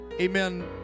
amen